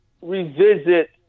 revisit